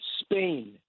Spain